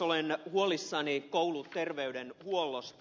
olen huolissani kouluterveydenhuollosta